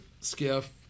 skiff